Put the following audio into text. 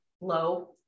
low